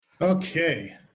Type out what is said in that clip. Okay